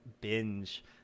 binge